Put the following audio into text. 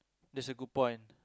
that's a good point